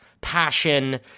passion